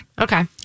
Okay